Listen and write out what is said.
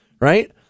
Right